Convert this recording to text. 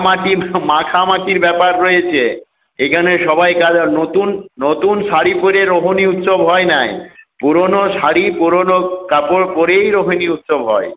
মাটি মাখামাখির ব্যাপার রয়েছে এখানে সবাই নতুন নতুন শাড়ি পরে রোহিনী উৎসব হয় নাই পুরোনো শাড়ি পুরোনো কাপড় পরেই রোহিনী উৎসব হয়